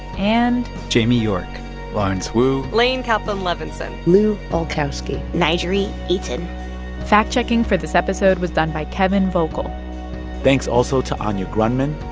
and. jamie york lawrence wu laine kaplan-levenson lu olkowski n'jeri eaton fact-checking for this episode was done by kevin volkl thanks also to anya grundmann,